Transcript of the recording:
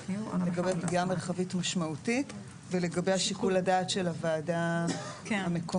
לגבי פגיעה מרחבית משמעותית ולגבי שיקול הדעת של הוועדה המקומית.